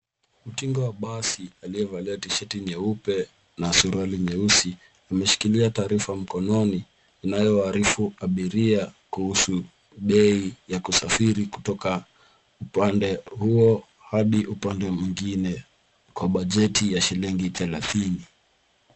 Utingo wa basi aliyevalia tishati nyeupe na suruali nyeusi ameshikilia taarifa mkononi inayoarifu abiria kuhusu bei ya kusafiri kutoka pande huo hadi upande mwingine kwa bajeti ya shilingi thelathini.